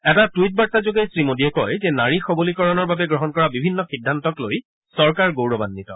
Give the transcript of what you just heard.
এটা টুইট বাৰ্তা যোগে শ্ৰী মোদীয়ে কয় যে নাৰী সৱলীকৰণৰ বাবে গ্ৰহণ কৰা বিভিন্ন সিদ্ধান্তক লৈ চৰকাৰ গৌৰৱান্বিত